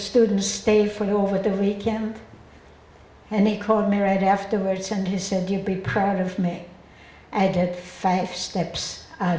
students stay for over the weekend and he called me right afterwards and he said you'd be proud of me i did five steps